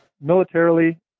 militarily